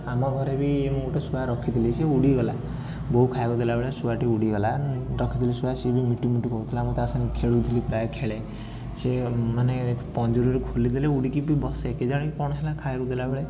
ଆମ ଘରେ ବି ମୁଁ ଗୋଟେ ଶୁଆ ରଖିଥିଲି ସେ ଉଡ଼ିଗଲା ବୋଉ ଖାଇବାକୁ ଦେଲାବେଳେ ଶୁଆଟି ଉଡ଼ିଗଲା ରଖିଥିଲି ଶୁଆ ସିଏ ବି ମିଟୁ ମିଟୁ କହୁଥିଲା ମୁଁ ତା' ସାଙ୍ଗେ ଖେଳୁଥିଲି ପ୍ରାୟ ଖେଳେ ସିଏ ମାନେ ପଞ୍ଜୁରୀରୁ ଖୋଲି ଦେଲେ ଉଡ଼ିକି ବି ବସେ କେଜାଣି କ'ଣ ହେଲା ଖାଇବାକୁ ଦେଲାବେଳେ